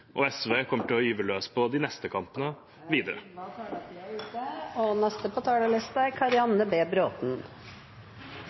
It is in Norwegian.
Og SV kommer til å gyve løs på de neste kampene videre.